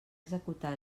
executar